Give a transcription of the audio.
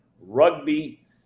rugby